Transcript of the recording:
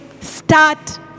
start